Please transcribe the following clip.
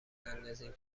نندازین